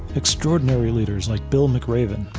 extraordinary leaders like bill mcraven,